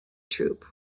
troop